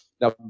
Now